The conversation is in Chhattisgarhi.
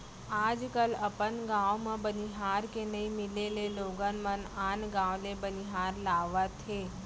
आज कल अपन गॉंव म बनिहार के नइ मिले ले लोगन मन आन गॉंव ले बनिहार लावत हें